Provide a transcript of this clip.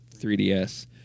3DS